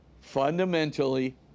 fundamentally